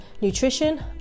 nutrition